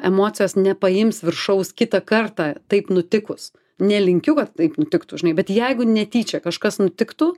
emocijos nepaims viršaus kitą kartą taip nutikus nelinkiu kad taip nutiktų žinai bet jeigu netyčia kažkas nutiktų